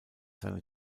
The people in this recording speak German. seine